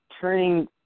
turning